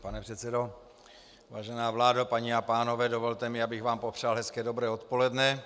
Pane předsedo, vážená vládo, paní a pánové, dovolte mi, abych vám popřál hezké dobré odpoledne.